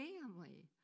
family